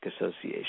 Association